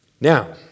Now